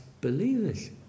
believers